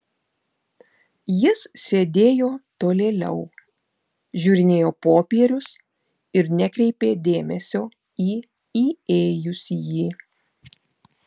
jis sėdėjo tolėliau žiūrinėjo popierius ir nekreipė dėmesio į įėjusįjį